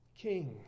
king